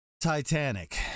Titanic